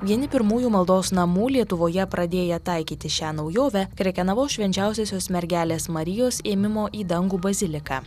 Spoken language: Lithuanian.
vieni pirmųjų maldos namų lietuvoje pradėję taikyti šią naujovę krekenavos švenčiausiosios mergelės marijos ėmimo į dangų baziliką